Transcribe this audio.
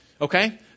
Okay